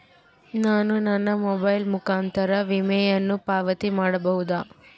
ನಾನು ನನ್ನ ಮೊಬೈಲ್ ಮುಖಾಂತರ ವಿಮೆಯನ್ನು ಪಾವತಿ ಮಾಡಬಹುದಾ?